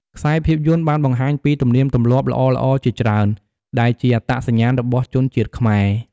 ខ្សែភាពយន្តបានបង្ហាញពីទំនៀមទម្លាប់ល្អៗជាច្រើន ដែលជាអត្តសញ្ញាណរបស់ជនជាតិខ្មែរ ។